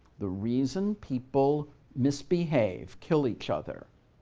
the reason people misbehave, kill each other,